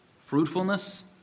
fruitfulness